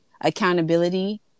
accountability